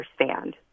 understand